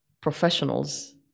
professionals